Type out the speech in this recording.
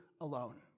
alone